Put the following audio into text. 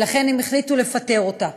ולכן הם החליטו לפטר אותה.